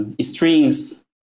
strings